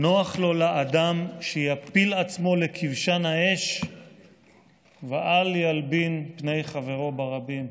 "נוח לו לאדם שיפיל עצמו לכבשן האש ואל ילבין פני חברו ברבים"